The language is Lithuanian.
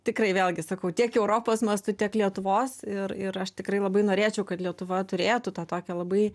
tikrai vėlgi sakau tiek europos mastu tiek lietuvos ir ir aš tikrai labai norėčiau kad lietuva turėtų tą tokią labai